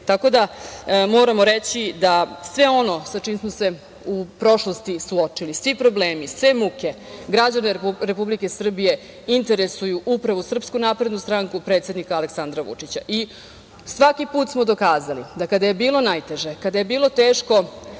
da, moramo reći da sve ono sa čime smo se u prošlosti suočili, svi problemi, sve muke građane Republike Srbije, interesuje upravo SNS, predsednika Aleksandra Vučića. Svaki put smo dokazali da kada je bilo najteže, kada je bilo teško,